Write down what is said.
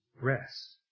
rest